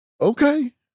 okay